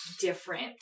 different